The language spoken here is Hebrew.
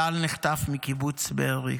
טל נחטף מקיבוץ בארי,